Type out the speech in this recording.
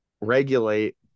regulate